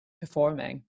performing